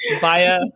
Via